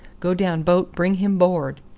go down boat bring him board.